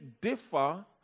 differ